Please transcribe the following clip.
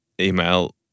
Email